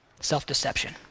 Self-deception